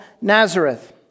Nazareth